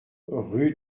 rue